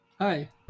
Hi